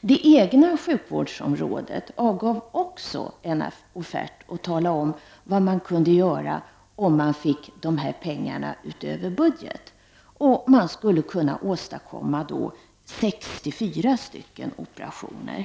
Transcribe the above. Det egna sjukvårdsområdet avgav också en offert och talade om vad man kunde göra om man fick dessa pengar utöver budget. Man skulle kunna åstadkomma 64 operationer.